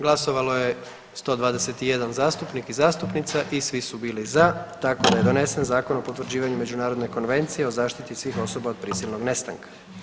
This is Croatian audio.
Glasovalo je 121 zastupnik i zastupnica i svi su bili za tako da je donesen Zakon o potvrđivanju Međunarodne konvencije o zaštiti svih osoba od prisilnog nestanka.